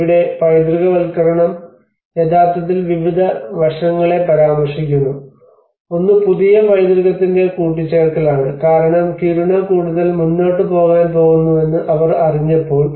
ഇവിടെ പൈതൃകവൽക്കരണം യഥാർത്ഥത്തിൽ വിവിധ വശങ്ങളെ പരാമർശിക്കുന്നു ഒന്ന് പുതിയ പൈതൃകത്തിന്റെ കൂട്ടിച്ചേർക്കലാണ് കാരണം കിരുണ കൂടുതൽ മുന്നോട്ട് പോകാൻ പോകുന്നുവെന്ന് അവർ അറിഞ്ഞപ്പോൾ